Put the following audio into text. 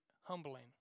humbling